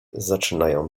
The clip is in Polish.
zaczynają